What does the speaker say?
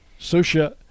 Susha